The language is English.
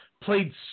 played